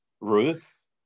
Ruth